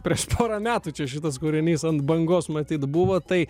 prieš porą metų čia šitas kūrinys ant bangos matyt buvo tai